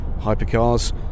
hypercars